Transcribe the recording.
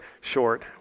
short